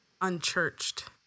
unchurched